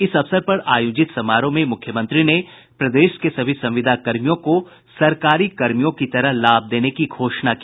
इस अवसर पर आयोजित समारोह में मुख्यमंत्री ने प्रदेश के सभी संविदा कर्मियों को सरकारी कर्मियों की तरह लाभ देने की घोषणा की